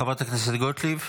חברת הכנסת גוטליב.